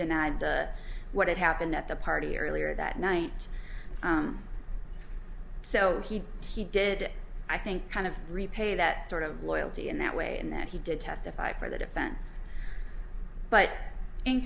denied what had happened at the party earlier that night so he did i think kind of repay that sort of loyalty in that way and that he did testify for the defense but in